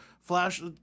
Flash